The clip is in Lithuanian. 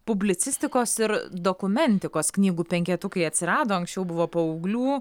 publicistikos ir dokumentikos knygų penketukai atsirado anksčiau buvo paauglių